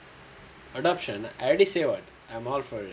adoption I already say what I'm all for it